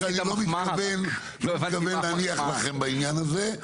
בגלל שאני לא מתכוון להניח לכם בעניין הזה,